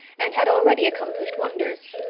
and had already accomplished wonders.